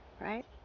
right